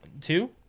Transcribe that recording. Two